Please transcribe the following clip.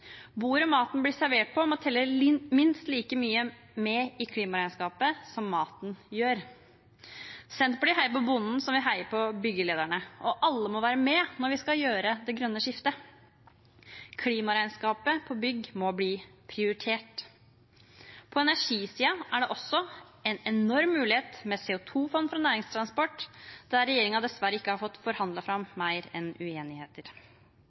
maten blir servert på, må telle minst like mye med i klimaregnskapet som maten gjør. Senterpartiet heier på bonden, som vi heier på byggelederne, og alle må være med når vi skal gjøre det grønne skiftet. Klimaregnskapet for bygg må bli prioritert. På energisiden er det også en enorm mulighet med CO2-fond for næringstransport, der regjeringen dessverre ikke har